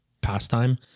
pastime